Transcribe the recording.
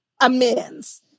amends